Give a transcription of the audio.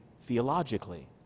theologically